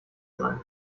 sein